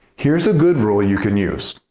here's a good rule you can use,